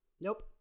Nope